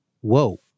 whoa